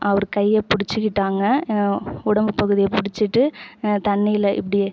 அவர் கையை பிடுச்சிக்கிட்டாங்க உடம்பு பகுதியை பிடுச்சிட்டு தண்ணில இப்படியே